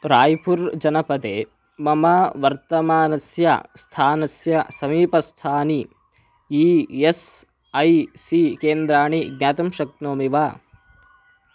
राय्पुर् जनपदे ममा वर्तमानस्य स्थानस्य समीपस्थानि ई एस् ऐ सी केन्द्राणि ज्ञातुं शक्नोमि वा